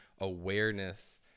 awareness